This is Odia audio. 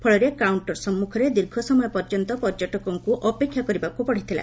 ଫଳରେ କାଉଣ୍ଟର ସମ୍ମୁଖରେ ଦୁର୍ଘସମୟ ପର୍ଯ୍ୟନ୍ତ ପର୍ଯ୍ୟଟକଙ୍ଙ ଅପେକ୍ଷା କରିବାକୁ ପଡିଥିଲା